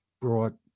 brought